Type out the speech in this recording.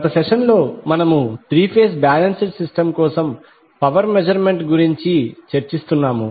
గత సెషన్లో మనము త్రీ ఫేజ్ బాలెన్స్డ్ సిస్టమ్ కోసం పవర్ మెజర్మెంట్ గురించి చర్చిస్తున్నాము